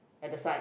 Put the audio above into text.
at the side